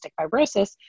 fibrosis